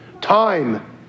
Time